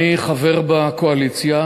אני חבר בקואליציה,